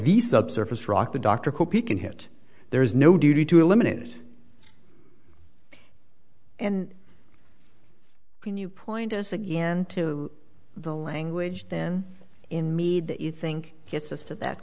the subsurface rock the doctor he can hit there is no duty to eliminate it and can you point us again to the language then in me that you think gets us to that